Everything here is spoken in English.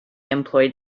employed